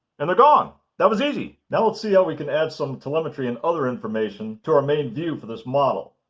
and they're gone! that was easy! now let's see how we can add some telemetry and other information to our main view for this model.